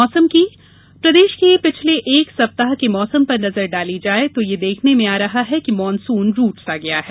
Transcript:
मौसम प्रदेश के पिछले एक सप्ताह के मौसम पर नजर डाली जाये तो यह देखने में आ रहा है कि मानसून रूठ सा गया है